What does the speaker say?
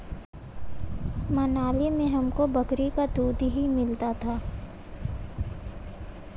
मनाली में हमको बकरी का दूध ही मिलता था